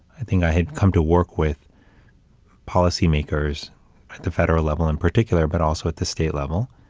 i think i had come to work with policymakers at the federal level in particular, but also at the state level.